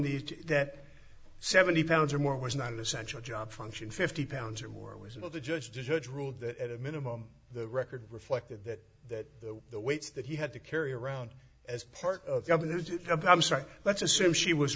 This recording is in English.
these that seventy pounds or more was not an essential job function fifty pounds or more was another judge to judge ruled that at a minimum the record reflected that that the weights that he had to carry around as part of governor do sometimes start let's assume she was